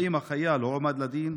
3. האם החייל הועמד לדין?